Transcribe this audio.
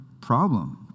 problem